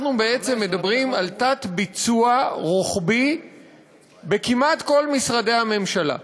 אנחנו מדברים על תת-ביצוע רוחבי בכל משרדי הממשלה כמעט.